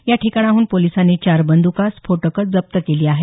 या ठिकाणाहून पोलिसांनी चार बंदका स्फोटकं जप्त केली आहेत